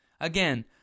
Again